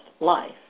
life